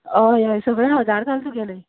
हय हय सगळे हजार जाले तुगेले